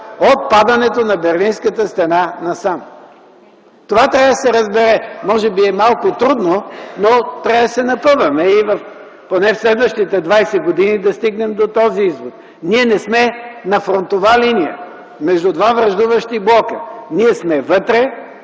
от падането на Берлинската стена насам. Това трябва да се разбере! Може би е малко трудно, но трябва да се напънем и поне в следващите 20 години да стигнем до този извод! Ние не сме на фронтова линия – между два враждуващи блока, а сме вътре